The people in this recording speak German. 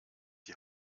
die